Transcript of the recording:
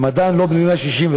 הם עדיין לא בני 67,